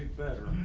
better.